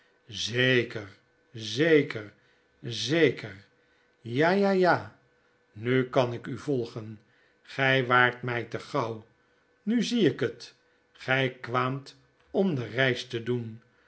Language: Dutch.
zeker zeker zeker ja ja jaj nu kan ik u volgen gy waart mj te gauw nu zie ik het grtj kwaamt om de reis te doen